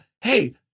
hey